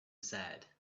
sad